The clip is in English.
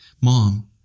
mom